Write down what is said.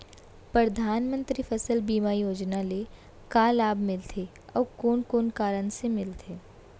परधानमंतरी फसल बीमा योजना ले का का लाभ मिलथे अऊ कोन कोन कारण से मिलथे?